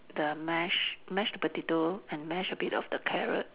the mashed mashed potato and mash a bit of the carrot